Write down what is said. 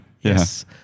Yes